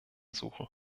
suchen